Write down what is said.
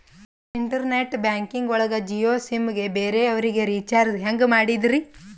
Internet banking ಒಳಗ Jio sim ಗೆ ಬೇರೆ ಅವರಿಗೆ ರೀಚಾರ್ಜ್ ಹೆಂಗ್ ಮಾಡಿದ್ರಿ?